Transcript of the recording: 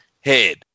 head